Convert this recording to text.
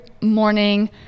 morning